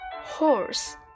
Horse